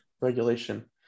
regulation